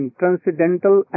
transcendental